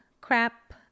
crap